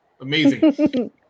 Amazing